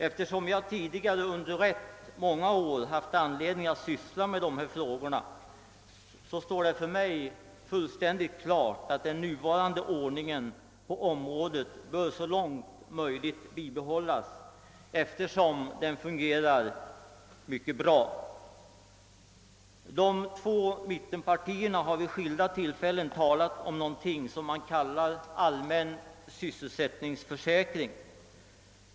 Eftersom jag tidigare under rätt många år haft anledning att syssla med dessa frågor, står det för mig fullständigt klart att den nuvarande ordningen på området bör bibehållas så långt som möjligt, då den fungerar mycket bra. De två mittenpartierna har vid skilda tillfällen talat om någonting som de kallar allmän sysselsättningsförsäkring.